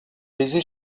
busy